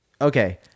okay